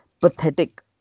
pathetic